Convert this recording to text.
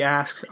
ask